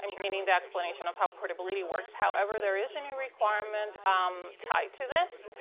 and meaning the explanation of how portability works. however, there is a new requirement um tied to this,